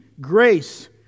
grace